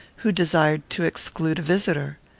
who desired to exclude a visitor.